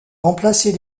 remplacer